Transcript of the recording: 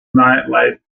nightlife